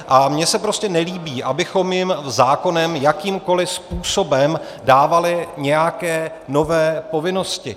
A mně se prostě nelíbí, abychom jim zákonem jakýmkoliv způsobem dávali nějaké nové povinnosti.